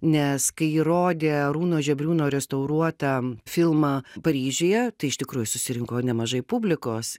nes kai rodė arūno žebriūno restauruotą filmą paryžiuje tai iš tikrųjų susirinko nemažai publikos